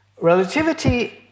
Relativity